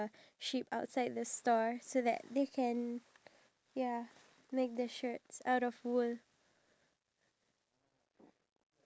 can afford like a meal a day and here we are we already receive we already receiving the foods even though we don't like it or not